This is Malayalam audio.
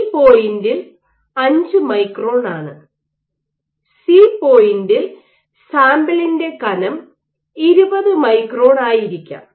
ബി പോയിന്റിൽ 5 മൈക്രോൺ ആണ് സി പോയിന്റിൽ സാമ്പിളിന്റെ കനം 20 മൈക്രോൺ ആയിരിക്കാം